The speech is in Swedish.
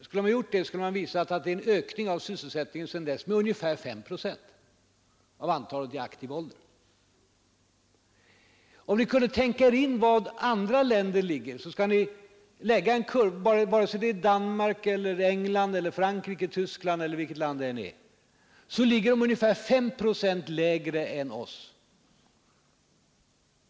Hade den gjort det skulle det ha visat sig att antalet sysselsatta i aktiv ålder hade ökat med ungefär 5 procent. Andra länder — antingen det gäller Danmark, England, Frankrike, Tyskland eller vilket annat land som helst — ligger ungefär 5 procent lägre än vi.